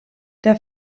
der